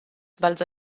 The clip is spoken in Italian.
balzò